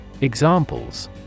Examples